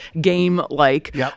game-like